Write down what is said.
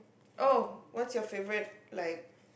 oh what's your favourite like